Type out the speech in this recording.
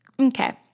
Okay